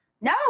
No